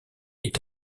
est